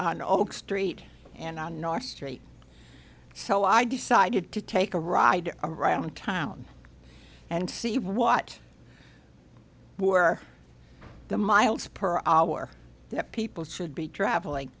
on oak street and on our street so i decided to take a ride around town and see what were the miles per hour that people should be traveling